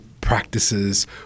practices